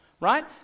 right